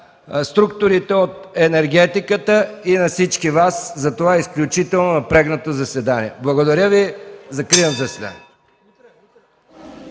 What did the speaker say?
структурите от енергетиката и на всички Вас за това изключително напрегнато заседание. Благодаря Ви. По правилник